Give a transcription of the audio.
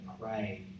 pray